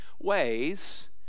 ways